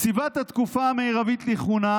קציבת התקופה המרבית לכהונה,